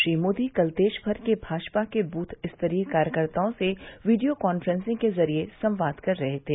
श्री मोदी कल देश भर के भाजपा के दूथ स्तरीय कार्यकर्ताओं से वीडियो कॉफ्रेंसिंग के जरिये संवाद कर रहे थे